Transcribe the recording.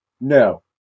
No